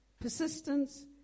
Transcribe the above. persistence